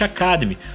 Academy